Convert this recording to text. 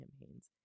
campaigns